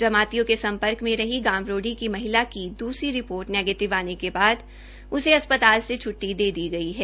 जमातियों के सम्पर्क में रही गांव रोड़ी की महिला की दूसरी रिपोर्ट नेगीटिव आने के बाद उसे अस्पताल ने छट्टी दे दी गई है